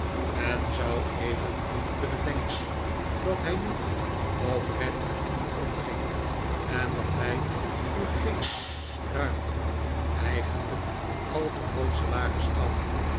men zou evengoed kunnen denken r dat hij niet oprecht met u omging en dat hij u geen ruim eigenlijk al te groot salaris gaf